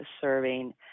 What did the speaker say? serving